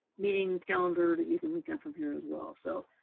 meeting calendar that you can look at from here as well. so,